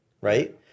right